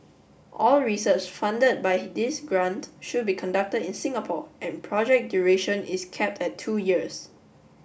all research funded by this grant should be conducted in Singapore and project duration is capped at two years